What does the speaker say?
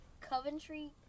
Coventry